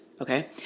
Okay